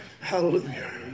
Hallelujah